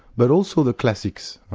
but also the classics.